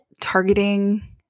targeting